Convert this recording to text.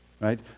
right